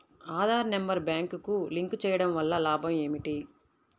Aadhaar number బ్యాంక్నకు link చేయుటవల్ల లాభం ఏమిటి?